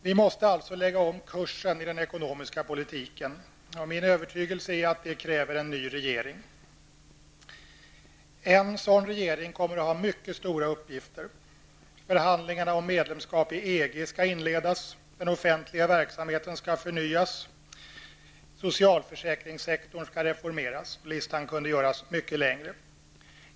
Vi måste alltså lägga om kursen i den ekonomiska politiken. Min övertygelse är att det kräver en ny regering. En sådan regering kommer att ha mycket stora uppgifter. Förhandlingarna om medlemskap i EG skall inledas. Den offentliga verksamheten skall förnyas. Socialförsäkringssektorn skall reformeras. Listan kunde göras mycket längre.